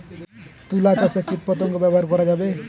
তুলা চাষে কীটপতঙ্গ ব্যবহার করা যাবে?